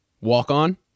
Walk-on